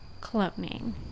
cloning